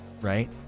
Right